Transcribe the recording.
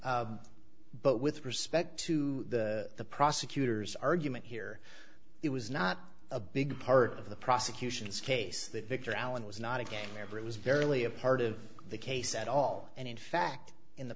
but with respect to the prosecutor's argument here it was not a big part of the prosecution's case that victor allen was not a gang member it was barely a part of the case at all and in fact in the